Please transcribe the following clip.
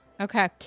Okay